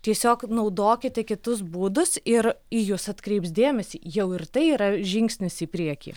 tiesiog naudokite kitus būdus ir į jus atkreips dėmesį jau ir tai yra žingsnis į priekį